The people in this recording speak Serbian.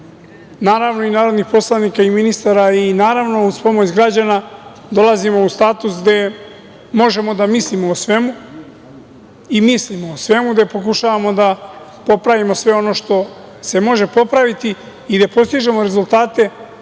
partnera i narodnih poslanika i ministara i uz pomoć građana dolazimo u status gde možemo da mislimo o svemu i mislimo o svemu, gde pokušavamo da popravimo sve ono što se može popraviti i gde postižemo rezultate